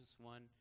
one